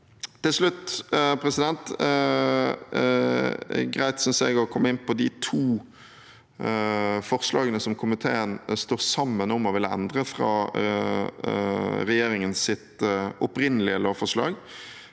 Til slutt er det greit, synes jeg, å komme inn på de to forslagene som komiteen står sammen om å ville endre fra regjeringens opprinnelige lovforslag.